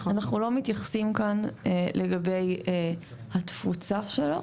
אנחנו לא מתייחסים כאן לגבי התפוצה שלו.